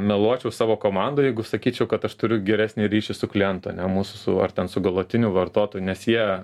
meluočiau savo komandai jeigu sakyčiau kad aš turiu geresnį ryšį su klientu ane mūsų ar ten su galutiniu vartotoju nes jie